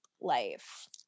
life